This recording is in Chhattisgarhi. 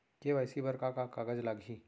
के.वाई.सी बर का का कागज लागही?